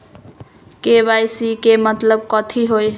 KYC के मतलब कथी होई?